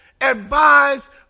advised